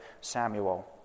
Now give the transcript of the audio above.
Samuel